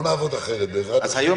לא נעבוד אחרת, בעזרת ה'.